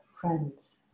friends